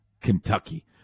Kentucky